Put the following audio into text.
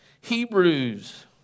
Hebrews